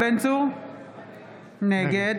נגד